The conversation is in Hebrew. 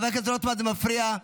זה מפריע.